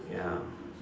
ya